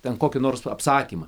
ten kokį nors apsakymą